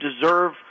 deserve